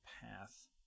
path